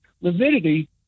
lividity